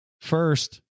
First